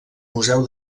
museu